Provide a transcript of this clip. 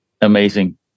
amazing